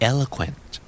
Eloquent